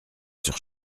sur